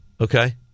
Okay